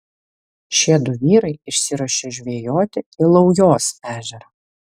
šie du vyrai išsiruošė žvejoti į laujos ežerą